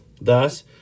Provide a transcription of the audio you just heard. Thus